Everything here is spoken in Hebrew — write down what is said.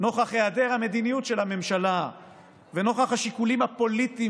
נוכח היעדר המדיניות של הממשלה ונוכח השיקולים הפוליטיים